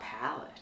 palette